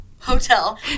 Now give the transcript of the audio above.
Hotel